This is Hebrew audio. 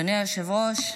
אדוני היושב-ראש,